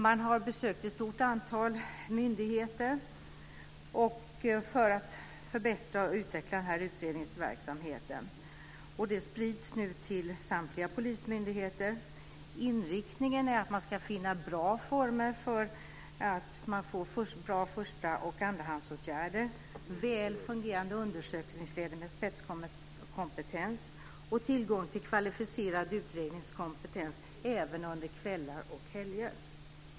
Man besökte ett stort antal myndigheter för att förbättra och utveckla utredningsverksamheten. Detta sprids nu till samtliga polismyndigheter. Inriktningen är att finna bra former för att få bra första och andrahandsåtgärder, väl fungerande undersökningsledning med spetskompetens och tillgång till kvalificerad utredningskompetens även under kvällar och helger.